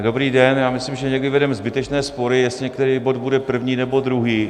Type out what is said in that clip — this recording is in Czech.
Dobrý den, já myslím, že někdy vedeme zbytečné spory, jestli některý bod bude první, nebo druhý.